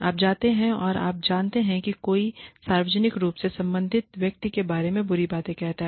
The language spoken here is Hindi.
आप जाते हैं और आप जानते हैं कि क्या कोई सार्वजनिक रूप से संबंधित व्यक्ति के बारे में बुरी बातें कहता है